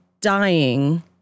dying